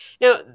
Now